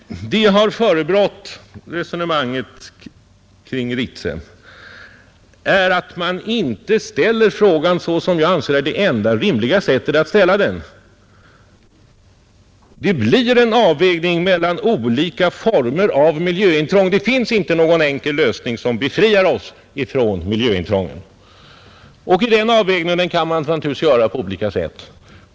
De förebråelser jag har gjort om oppositionens sätt att resonera kring Ritsem gäller att man inte ställer frågan så som jag anser är det enda rimliga sättet att ställa den. Det blir en avvägning mellan olika former av miljöintrång, och det finns inte någon enkel lösning som befriar oss från miljöintrången. Denna avvägning kan man naturligtvis göra på olika sätt.